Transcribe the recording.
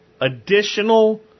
Additional